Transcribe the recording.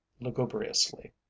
lugubriously